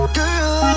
girl